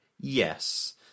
Yes